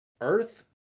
Earth